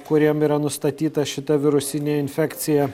kuriem yra nustatyta šita virusinė infekcija